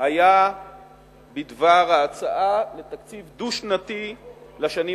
היה בדבר ההצעה לתקציב דו-שנתי לשנים